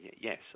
yes